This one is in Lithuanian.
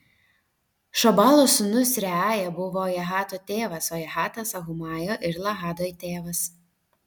šobalo sūnus reaja buvo jahato tėvas o jahatas ahumajo ir lahado tėvas